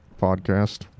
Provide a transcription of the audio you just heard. podcast